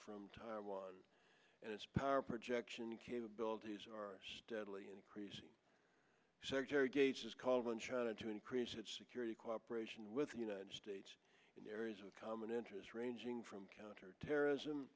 from taiwan and its power projection capabilities are deadly increasing secretary gates has called on china to increase its security cooperation with the united states in areas of common interest ranging from counterterrorism